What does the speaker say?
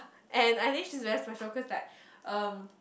and I think she's very special cause like um